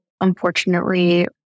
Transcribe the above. unfortunately